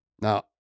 Now